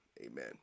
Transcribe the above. Amen